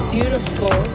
Beautiful